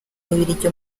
bubiligi